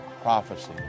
prophecy